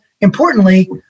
importantly